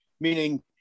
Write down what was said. Meaning